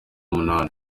umunani